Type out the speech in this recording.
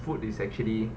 food is actually